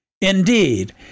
Indeed